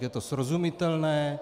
Je to srozumitelné.